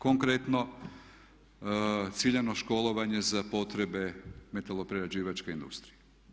Konkretno ciljano školovanje za potrebe metaloprerađivačke industrije.